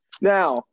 Now